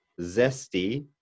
zesty